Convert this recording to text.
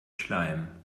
schleim